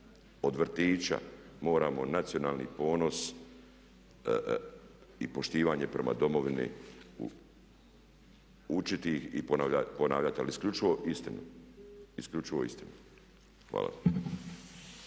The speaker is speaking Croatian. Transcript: od vrtića moramo nacionalni ponos i poštivanje prema domovini učiti ih i ponavljati ali isključivo istinu. Hvala.